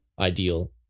ideal